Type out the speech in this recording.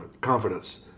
confidence